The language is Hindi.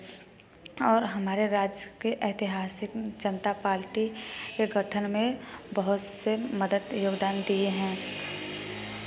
और हमारे राज्य के ऐतिहासिक जनता पाल्टी के गठन में बहुत से मदद योगदान दिए हैं